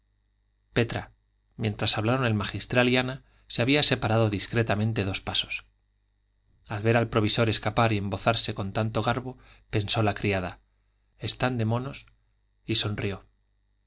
petra mientras hablaron el magistral y ana se había separado discretamente dos pasos al ver al provisor escapar y embozarse con tanto garbo pensó la criada están de monos y sonrió